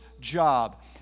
job